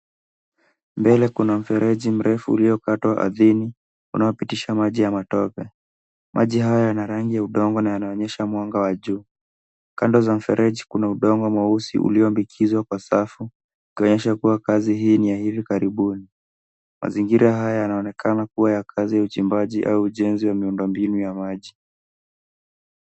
Mbele kuna mfereji mrefu uliokatwa ardhini, unaopitisha maji ya matope. Maji haya yana rangi ya udongo na yanaonyesha mwanga wa juu. Kando za mfereji kuna udongo mweusi uliombikizwa kwa safu ukionyesha kuwa kazi hii ni ya hivi karibuni. Mazingira haya yanaonekana kuwa ya kazi ya uchimbaji au ujenzi wa miundo mbinu ya maji.